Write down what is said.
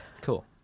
Cool